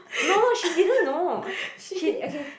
she didn't